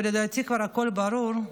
לדעתי כבר הכול ברור,